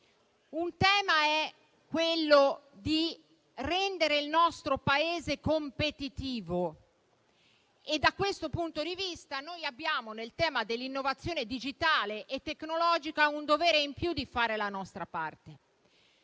un tema è rendere il nostro Paese competitivo e da questo punto di vista noi abbiamo, nel tema dell'innovazione digitale e tecnologica, un dovere in più di fare la nostra parte;